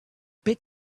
bit